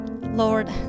Lord